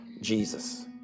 Jesus